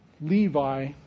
Levi